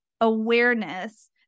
awareness